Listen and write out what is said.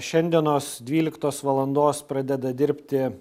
šiandienos dvyliktos valandos pradeda dirbti